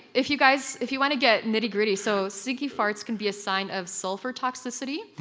if you guys, if you want to get nitty gritty, so stinky farts can be a sign of sulfur toxicity,